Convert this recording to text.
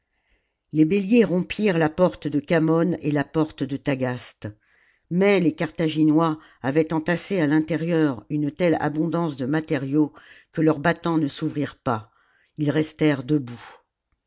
les béliers rompirent la porte de khamon et la porte de tagaste mais les carthaginois avaient entassé à l'intérieur une telle abondance de matériaux que leurs battants ne s'ouvrirent pas ils restèrent debout